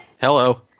hello